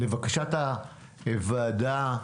ביקשנו, בוועדה,